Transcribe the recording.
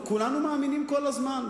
וכולנו מאמינים בזה כל הזמן,